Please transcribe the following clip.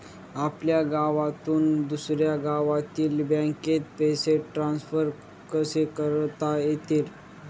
आपल्या गावातून दुसऱ्या गावातील बँकेत पैसे ट्रान्सफर कसे करता येतील?